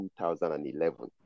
2011